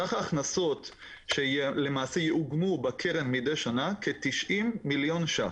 סך ההכנסות שיאוגמו בקרן מידי שנה כ-90 מיליון ש"ח.